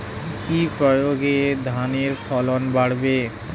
কি প্রয়গে ধানের ফলন বাড়বে?